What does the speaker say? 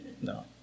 No